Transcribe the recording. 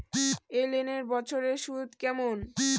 এই লোনের বছরে সুদ কেমন?